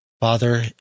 Father